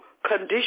Condition